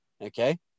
Okay